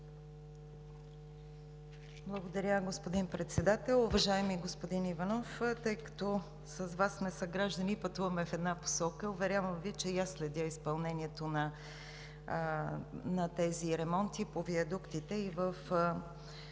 Благодаря, господин Председател. Уважаеми господин Иванов, тъй като с Вас сме съграждани и пътуваме в една посока, уверявам Ви, че и аз следя изпълнението на тези ремонти по виадуктите и на